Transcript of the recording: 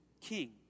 king